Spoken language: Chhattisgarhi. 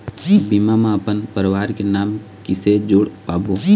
बीमा म अपन परवार के नाम किसे जोड़ पाबो?